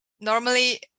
normally